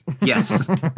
Yes